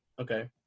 okay